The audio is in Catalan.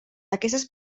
aquestes